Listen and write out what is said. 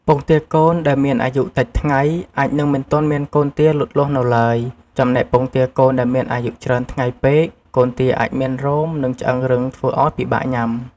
ពងទាកូនដែលមានអាយុតិចថ្ងៃ អាចនឹងមិនទាន់មានកូនទាលូតលាស់នៅឡើយ ចំណែកពងទាកូនដែលមានអាយុច្រើនថ្ងៃពេក កូនទាអាចមានរោម និងឆ្អឹងរឹងធ្វើឱ្យពិបាកញ៉ាំ។